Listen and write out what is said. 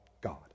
God